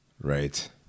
Right